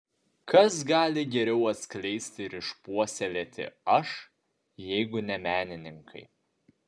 kas gali geriau atskleisti ir išpuoselėti aš jeigu ne menininkai